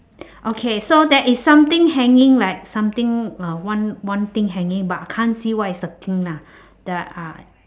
okay so there is something hanging like something uh one one thing hanging but can't see what is the thing lah the ah